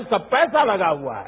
उसका पैसा लगा हुआ है